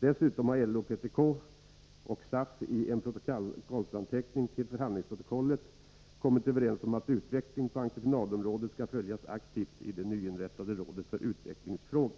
Dessutom har LO/PTK och SAF i en protokollsanteckning till förhandlingsprotokollet kommit överens om att utvecklingen på entreprenadområdet skall följas aktivt i det nyinrättade rådet för utvecklingsfrågor.